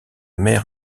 mer